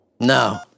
No